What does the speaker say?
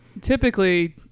Typically